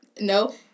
No